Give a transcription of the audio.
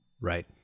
Right